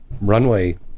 runway